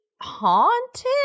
haunted